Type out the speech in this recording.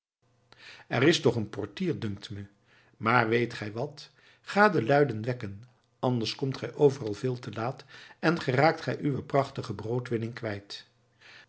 er is toch een portier dunkt me maar weet gij wat ga de luiden wekken anders komt gij overal veel te laat en gij geraakt uwe prachtige broodwinning kwijt